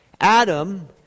Adam